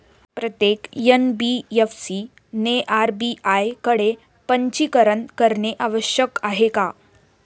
प्रत्येक एन.बी.एफ.सी ने आर.बी.आय कडे पंजीकरण करणे आवश्यक आहे का?